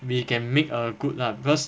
你 can make a good lah because